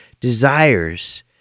desires